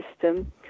system